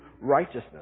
righteousness